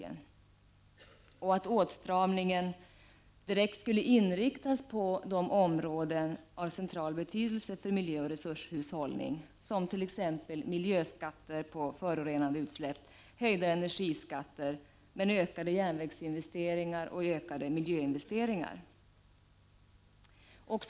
Dessutom skulle åtstramningen direkt inriktas på områden av central betydelse för miljöoch resurshushållning, som t.ex. miljöskatter på förorenande utsläpp samt höjda energiskatter, medan järnvägsinvesteringarna och miljöinvesteringarna skulle ökas.